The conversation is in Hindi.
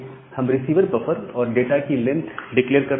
हम रिसीव बफर और डाटा की लेंथ डिक्लेयर कर रहे हैं